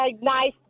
nice